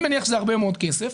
אני מניח שזה הרבה מאוד כסף.